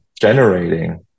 generating